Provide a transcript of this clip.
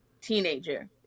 teenager